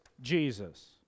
Jesus